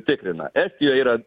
tikrina estijoj yra